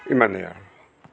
ইমানেই আৰু